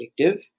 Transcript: addictive